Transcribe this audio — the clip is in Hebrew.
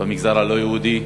במגזר הלא-יהודי,